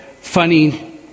funny